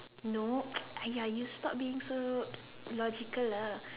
no !aiya! you stop being so logical lah